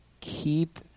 keep